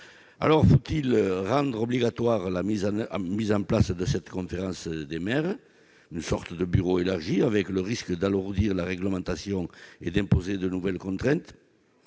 eux. Faut-il rendre obligatoire la mise en place d'une telle conférence des maires, sorte de bureau élargi, avec le risque d'alourdir la réglementation et d'imposer de nouvelles contraintes ?